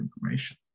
information